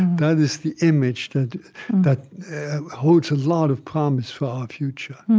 that is the image that that holds a lot of promise for our future